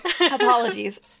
Apologies